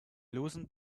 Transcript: loosened